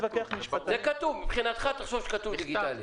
זה מה שכתוב, מבחינתך תחשוב שכתוב דיגיטאלי.